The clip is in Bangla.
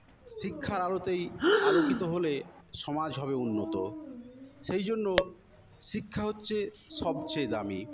শিক্ষার আলোতেই আলোকিত হলে সমাজ হবে উন্নত সেইজন্য শিক্ষা হচ্ছে সবচেয়ে দামি